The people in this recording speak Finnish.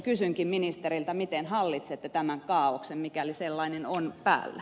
kysynkin ministeriltä miten hallitsette tämän kaaoksen mikäli sellainen on päällä